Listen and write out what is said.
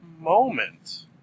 moment